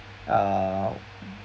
uh